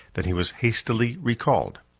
than he was hastily recalled.